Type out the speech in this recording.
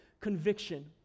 conviction